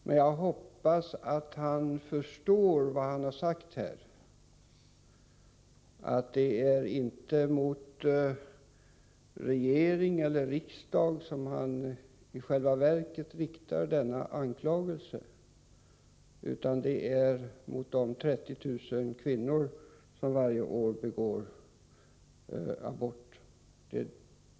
Men jag hoppas att han förstår vad han har sagt här, nämligen att det inte är mot regering eller riksdag han i själva verket riktar denna anklagelse utan det är mot de 30 000 kvinnor som varje år gör abort.